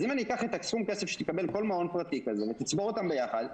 אז אם אני אקח את הסכום כסף שיקבל כל מעון פרטי כזה ותצבור אותם ביחד,